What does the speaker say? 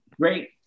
Great